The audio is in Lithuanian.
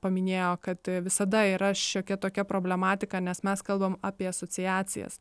paminėjo kad visada yra šiokia tokia problematika nes mes kalbam apie asociacijas